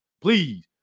Please